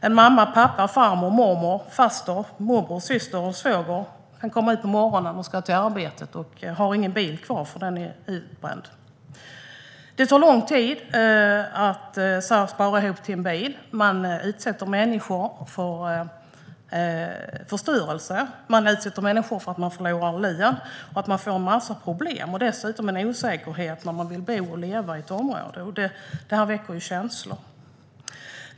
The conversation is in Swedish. En mamma, pappa, farmor, mormor, faster, morbror, syster eller svåger kan komma ut på morgonen och ska till arbetet men har då ingen bil kvar, för den är utbränd. Det tar lång tid att spara ihop till en bil. Man utsätter människor för förstörelse. Man utsätter människor för att de förlorar lön och får en massa problem. Dessutom utsätts de för en osäkerhet när de vill bo och leva i ett område. Och det väcker känslor.